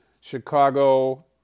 Chicago